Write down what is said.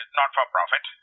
not-for-profit